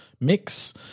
mix